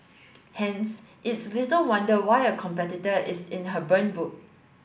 hence it's little wonder why a competitor is in her burn book